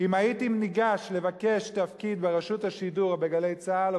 אם הייתי ניגש לבקש תפקיד ברשות השידור או ב"גלי צה"ל",